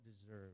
deserve